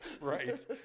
Right